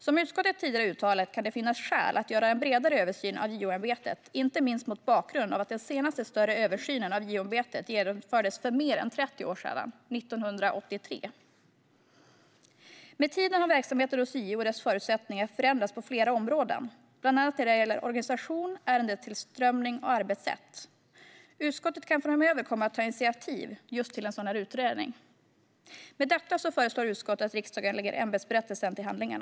Som utskottet tidigare uttalat kan det finnas skäl att göra en bredare översyn av JO-ämbetet, inte minst mot bakgrund av att den senaste större översynen av JO-ämbetet genomfördes för mer än 30 år sedan, 1983. Med tiden har verksamheten hos JO och dess förutsättningar förändrats på flera områden, bland annat när det gäller organisation, ärendetillströmning och arbetssätt. Utskottet kan framöver komma att ta initiativ till en sådan utredning. Med detta föreslår utskottet att riksdagen lägger ämbetsberättelsen till handlingarna.